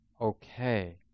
okay